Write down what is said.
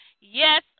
yes